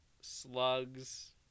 slugs